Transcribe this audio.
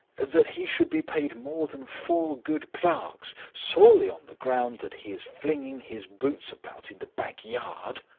that he should be paid more than four good clerks solely on the ground that he is flinging his boots about in the back yard?